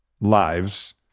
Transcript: lives